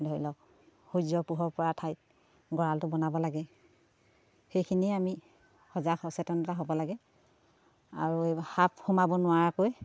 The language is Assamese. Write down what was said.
ধৰি লওক সূৰ্য পোহৰ পৰা ঠাইত গঁৰালটো বনাব লাগে সেইখিনিয়ে আমি সজাগ সচেতনতা হ'ব লাগে আৰু সাপ সোমাব নোৱাৰাকৈ